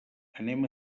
anem